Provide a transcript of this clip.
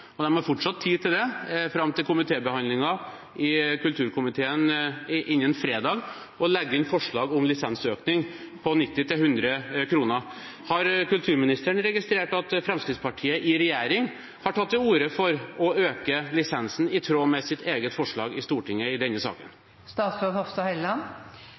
og de har fortsatt tid til det fram til komitébehandlingen i kulturkomiteen innen fredag – forslag om lisensøkning på 90–100 kr. Har kulturministeren registrert at Fremskrittspartiet i regjering har tatt til orde for å øke lisensen i tråd med sitt eget forslag i Stortinget i denne